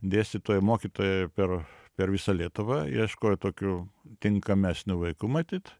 dėstytojai mokytojai per per visą lietuvą ieškojo tokių tinkamesnių vaikų matyt